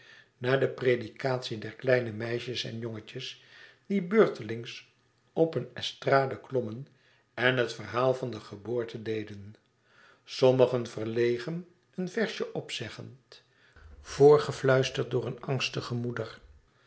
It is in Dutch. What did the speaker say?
naar de predicatie der kleine meisjes en jongetjes die beurtelings op een estrade klommen en het verhaal van de geboorte deden sommigen verlegen een versje opzeggend voorgefluisterd door een angstige moeder